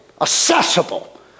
accessible